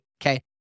Okay